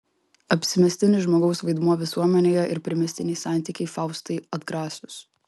apsimestinis žmogaus vaidmuo visuomenėje ir primestiniai santykiai faustai atgrasūs